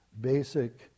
basic